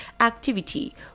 activity